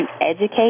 educate